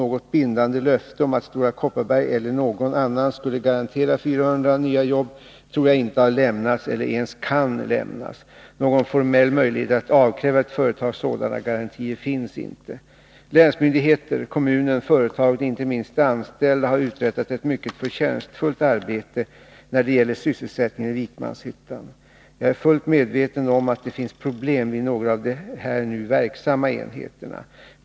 Något bindande löfte om att Stora Kopparberg eller någon annan skulle garantera 400 nya jobb tror jag inte har lämnats eller ens kan lämnas. Någon formell möjlighet att avkräva ett företag sådana garantier finns inte. Länsmyndigheter, kommunen, företaget och inte minst de anställda har uträttat ett mycket förtjänstfullt arbete när det gäller sysselsättningen i Vikmanshyttan. Jag är fullt medveten om att det finns problem vid några av de där nu verksamma enheterna.